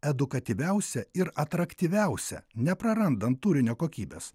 edukatyviausia ir atraktyviausia neprarandant turinio kokybės